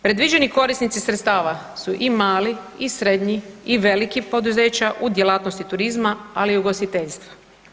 Predviđeni korisnici sredstava su i mali i srednji i velikih poduzeća u djelatnosti turizma, ali i ugostiteljstva.